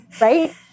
right